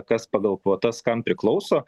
kas pagal kvotas kam priklauso